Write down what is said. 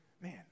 man